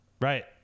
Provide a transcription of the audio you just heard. Right